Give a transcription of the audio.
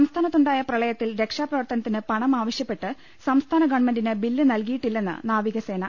സംസ്ഥാനത്തുണ്ടായ പ്രളയത്തിൽ രക്ഷാപ്രവർത്തനത്തിന് പണം ആവശ്യപ്പെട്ട് സംസ്ഥാന ഗവൺമെന്റിന് ബില്ല് നൽകിയി ട്ടില്ലെന്ന് നാവികസേന